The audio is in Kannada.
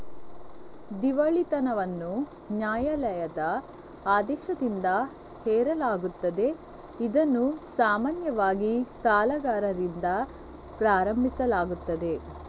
ದಿವಾಳಿತನವನ್ನು ನ್ಯಾಯಾಲಯದ ಆದೇಶದಿಂದ ಹೇರಲಾಗುತ್ತದೆ, ಇದನ್ನು ಸಾಮಾನ್ಯವಾಗಿ ಸಾಲಗಾರರಿಂದ ಪ್ರಾರಂಭಿಸಲಾಗುತ್ತದೆ